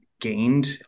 gained